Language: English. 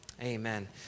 amen